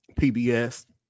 PBS